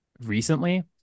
recently